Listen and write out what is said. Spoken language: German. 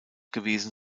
gewesen